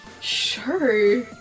Sure